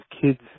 kids